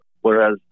Whereas